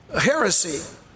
heresy